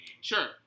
Sure